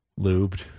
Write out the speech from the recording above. Lubed